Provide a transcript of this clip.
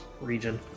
region